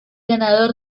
ganador